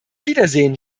wiedersehen